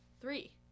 Three